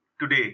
today